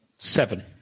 Seven